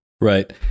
Right